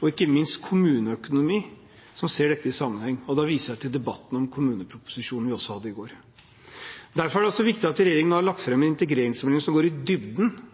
og ikke minst kommuneøkonomi – der dette ses i sammenheng, og da viser jeg til debatten vi hadde om kommuneproposisjonen i går. Derfor er det også viktig at regjeringen har lagt fram en integreringsmelding som går i dybden